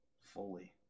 Fully